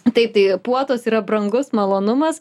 taip tai puotos yra brangus malonumas